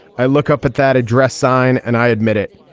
i look up at that address sign and i admit it.